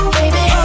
baby